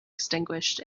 extinguished